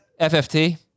FFT